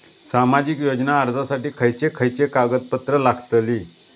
सामाजिक योजना अर्जासाठी खयचे खयचे कागदपत्रा लागतली?